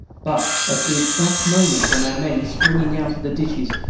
but at the exact moment when our men, springing out of the ditches,